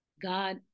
God